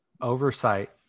Oversight